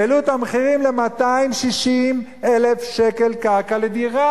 העלו את המחירים ל-260,000 שקל קרקע לדירה,